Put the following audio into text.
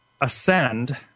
ascend